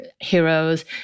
heroes